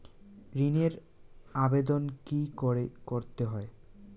ঋণের আবেদন কি করে করতে হয়?